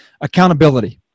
Accountability